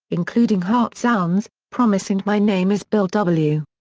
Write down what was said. including heartsounds, promise and my name is bill w.